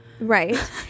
right